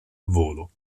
volo